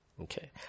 Okay